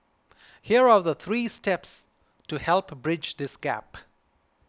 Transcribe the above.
here are the three steps to help bridge this gap